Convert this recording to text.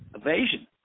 evasion